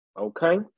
Okay